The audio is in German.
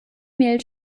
mail